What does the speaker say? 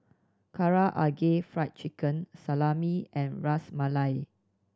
Karaage Fried Chicken Salami and Ras Malai